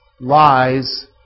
lies